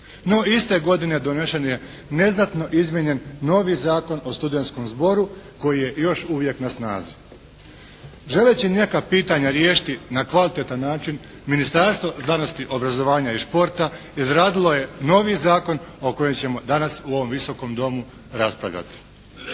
No, iste godine donesen je neznatno izmijenjen novi Zakon o studentskom zboru koji je još uvijek na snazi. Želeći neka pitanja riješiti na kvalitetan način Ministarstvo znanosti, obrazovanja i športa, izradilo je novi zakon o kojem ćemo danas u ovom Visokom domu raspravljati.